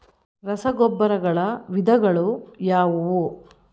ರಸಗೊಬ್ಬರಗಳ ವಿಧಗಳು ಯಾವುವು?